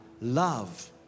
love